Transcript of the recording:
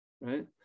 right